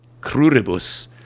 cruribus